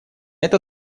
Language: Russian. это